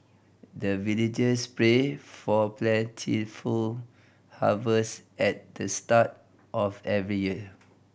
the villagers pray for plentiful harvest at the start of every year